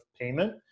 payment